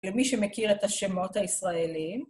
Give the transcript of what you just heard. למי שמכיר את השמות הישראלים